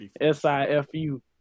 S-I-F-U